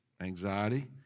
anxiety